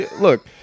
look